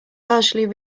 largely